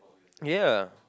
ya